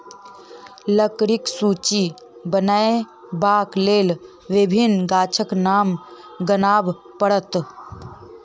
लकड़ीक सूची बनयबाक लेल विभिन्न गाछक नाम गनाब पड़त